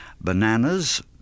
bananas